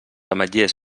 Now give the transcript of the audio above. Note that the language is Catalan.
ametllers